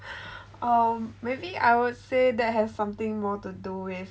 um maybe I would say that has something more to do with